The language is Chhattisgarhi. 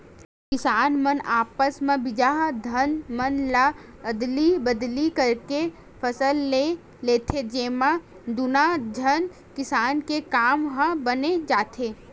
किसान मन आपस म बिजहा धान मन ल अदली बदली करके फसल ले लेथे, जेमा दुनो झन किसान के काम ह बन जाथे